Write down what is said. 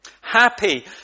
Happy